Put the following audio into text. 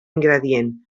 ingredient